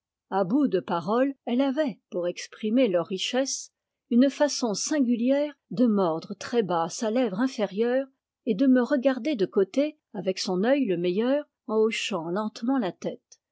a bout de paroles elle avait pour exprimer leurs richesses une façon singulière de mordre très bas sa lèvre inférieure et de me regarder de côté avec son œil le meilleur en hochant lentement la tête